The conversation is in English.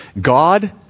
God